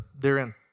Therein